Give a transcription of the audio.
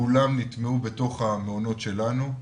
כולם נטמעו בתוך המעונות שלנו,